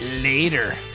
Later